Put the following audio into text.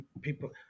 people